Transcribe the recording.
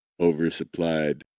oversupplied